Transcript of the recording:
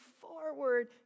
forward